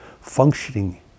functioning